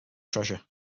treasure